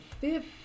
fifth